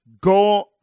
go